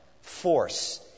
force